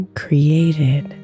created